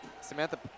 Samantha